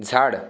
झाड